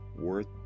worth